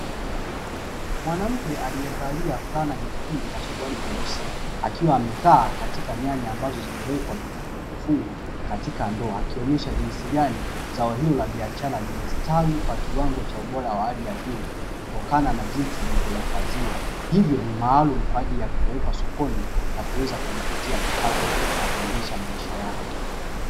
Mwanamke aliyevalia flana nyekundu na suruali nyeusi akiwa amekaa katika nyanya ambazo zimewekwa vifungu vifungu katika ndoo, akionyesha jinsi gani zao hilo la biashara lilistawi kwa kiwango cha ubora wa hali ya juu kutokana na jinsi nilivyoifaziwa hivyo ni maalum kwa ajili ya kupelekwa sokoni na kuweza kumpatia kipato na kuendesha maisha yake.